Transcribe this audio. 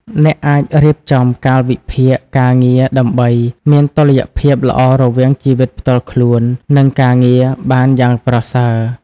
អ្នកអាចរៀបចំកាលវិភាគការងារដើម្បីមានតុល្យភាពល្អរវាងជីវិតផ្ទាល់ខ្លួន និងការងារបានយ៉ាងប្រសើរ។